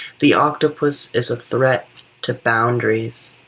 the octopus is a threat to boundaries.